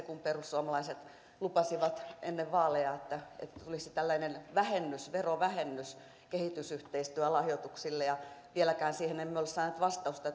kun perussuomalaiset lupasivat ennen vaaleja että tulisi tällainen verovähennys verovähennys kehitysyhteistyölahjoituksille ja vieläkään emme ole saaneet vastausta